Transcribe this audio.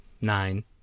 nine